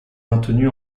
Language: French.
maintenus